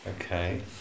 Okay